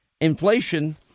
inflation